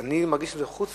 אני מרגיש שחוץ